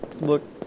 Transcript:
look